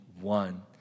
one